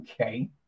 okay